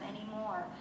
anymore